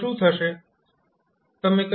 તો શું થશે